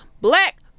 black